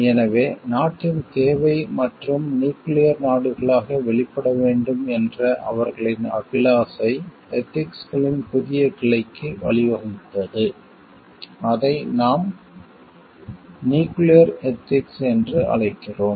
எனவே நாட்டின் தேவை மற்றும் நியூக்கிளியர் நாடுகளாக வெளிப்பட வேண்டும் என்ற அவர்களின் அபிலாஷை எதிக்ஸ்களின் புதிய கிளைக்கு வழிவகுத்தது அதை நாம் நியூக்கிளியர் எதிக்ஸ் என்று அழைக்கிறோம்